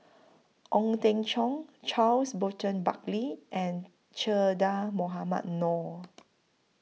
Ong Teng Cheong Charles Burton Buckley and Che Dah Mohamed Noor